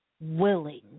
Willing